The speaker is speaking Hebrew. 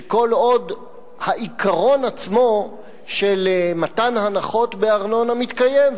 שכל עוד העיקרון עצמו של מתן ההנחות בארנונה מתקיים,